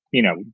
you know,